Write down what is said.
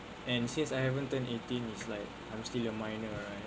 and since I haven't turn eighteen is like I'm still a minor right